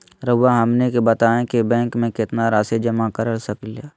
रहुआ हमनी के बताएं कि बैंक में कितना रासि जमा कर सके ली?